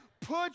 put